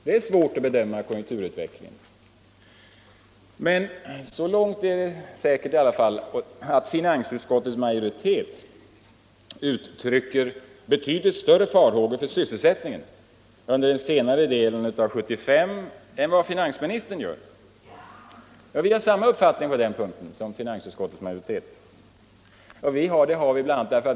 Det är svårt att bedöma konjunkturutvecklingen, men så långt är det i alla fall säkert att finansutskottets majoritet uttrycker betydligt större farhågor för sysselsättningen under den senare delen av 1975 än vad finansministern gör. På vårt håll har vi samma uppfattning på den punkten som finansutskottets majoritet.